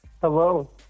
Hello